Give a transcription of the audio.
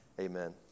Amen